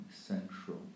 central